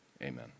Amen